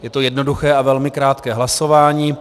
Je to jednoduché a velmi krátké hlasování.